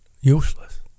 useless